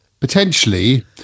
potentially